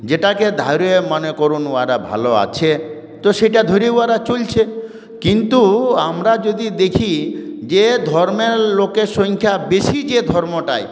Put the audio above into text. যেটাকে ধরে মনে করুন ওরা ভালো আছে তো সেটা ধরে ওরা চলছে কিন্তু আমরা যদি দেখি যে ধর্মের লোকের সংখ্যা বেশি যে ধর্মটায়